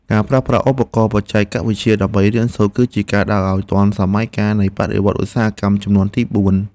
ការប្រើប្រាស់ឧបករណ៍បច្ចេកវិទ្យាដើម្បីរៀនសូត្រ គឺជាការដើរឱ្យទាន់សម័យកាលនៃបដិវត្តន៍ឧស្សាហកម្មជំនាន់ទីបួន។